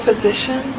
Position